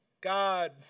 God